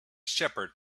shepherd